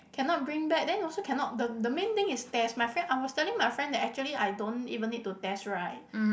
cannot bring bag then also cannot the the main thing is test my friend I was telling my friend that actually I don't even need to test ride